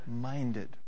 minded